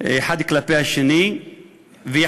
האחד כלפי השני ויחליטו